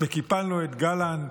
וקיפלנו את גלנט,